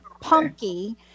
Punky